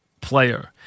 player